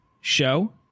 show